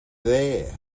there